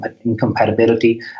incompatibility